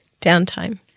downtime